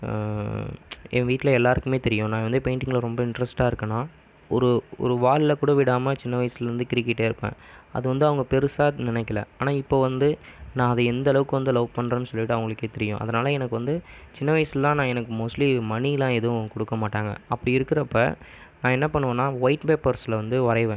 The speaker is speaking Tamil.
என் வீட்டில் எல்லாருக்குமே தெரியும் நான் வந்து பெயிண்ட்ங்கில் ரொம்ப இன்ட்ரெஸ்ட்டாக இருக்கனா ஒரு ஒரு வாலில் கூட விடாமல் சின்ன வயஸுலருந்து கிறிக்கிட்டே இருப்பேன் அது வந்து அவங்க பெருசாக நினைக்கல ஆனால் இப்போது வந்து நான் அதை எந்தளவுக்கு வந்து லவ் பண்ணுறேன்னு சொல்லிட்டு அவங்ளுக்கே தெரியும் அதனால் எனக்கு வந்து சின்ன வயசுலாம் நான் எனக்கு மோஸ்ட்லி மனிலாம் எதுவும் கொடுக்க மாட்டாங்க அப்படி இருக்கிறப்ப நான் என்ன பண்ணுவேன்னா வொயிட் பேப்பர்ஸில் வந்து வரைவேன்